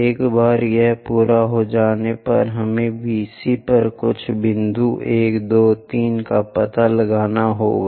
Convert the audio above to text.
एक बार यह पूरा हो जाने पर हमें VC पर कुछ बिंदुओं 1 2 3 का पता लगाना होगा